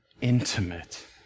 intimate